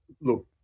look